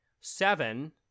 seven